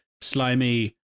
slimy